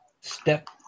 step